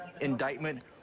indictment